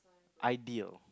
ideal